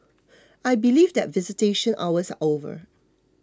I believe that visitation hours are over